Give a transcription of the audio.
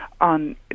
on